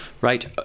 Right